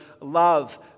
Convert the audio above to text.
love